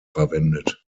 verwendet